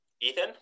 Ethan